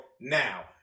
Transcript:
now